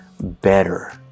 better